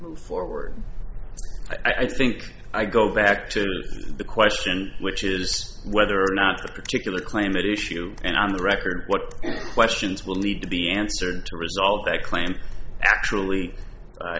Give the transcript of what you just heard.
move forward i think i go back to the question which is whether or not a particular claim it issue and on the record what questions will need to be answered to resolve that claim actually